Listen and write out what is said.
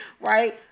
right